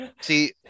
see